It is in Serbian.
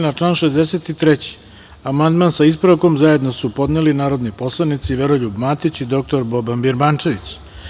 Na član 63. amandman, sa ispravkom, zajedno su podneli narodni poslanici Veroljub Matić i dr Boban Birmančević.